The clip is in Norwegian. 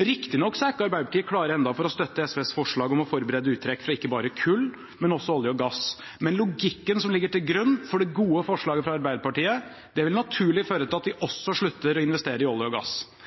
Riktignok er ikke Arbeiderpartiet klare ennå for å støtte SVs forslag om å forberede uttrekk fra ikke bare kull, men også olje og gass, men logikken som ligger til grunn for det gode forslaget fra Arbeiderpartiet, vil naturlig føre til at vi også slutter å investere i olje og gass.